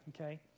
okay